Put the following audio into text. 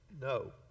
no